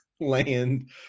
land